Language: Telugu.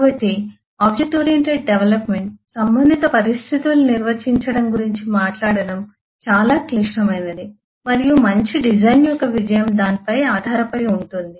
కాబట్టి OOD సంబంధింత పరిస్థితులు నిర్వచించడం గురించి మాట్లాడటం చాలా క్లిష్టమైనది మరియు మంచి డిజైన్ యొక్క విజయం దానిపై ఆధారపడి ఉంటుంది